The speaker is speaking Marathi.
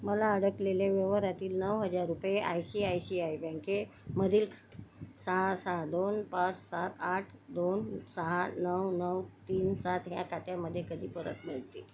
मला अडकलेल्या व्यवहारातील नऊ हजार रुपये I C I C I बँके मधील सहा सहा दोन पाच सात आठ दोन सहा नऊ नऊ तीन सात ह्या खात्यामध्ये कधी परत मिळतील